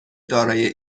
دارای